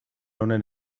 honen